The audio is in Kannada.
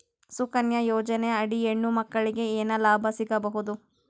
ಸುಕನ್ಯಾ ಯೋಜನೆ ಅಡಿ ಹೆಣ್ಣು ಮಕ್ಕಳಿಗೆ ಏನ ಲಾಭ ಸಿಗಬಹುದು?